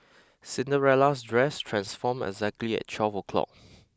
Cinderella's dress transformed exactly at twelve o'clock